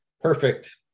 perfect